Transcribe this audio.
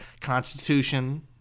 constitution